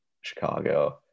Chicago